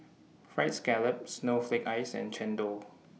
Fried Scallop Snowflake Ice and Chendol